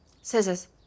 scissors